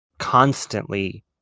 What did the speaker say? Constantly